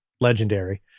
legendary